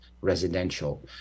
residential